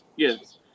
Yes